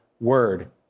word